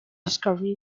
discovery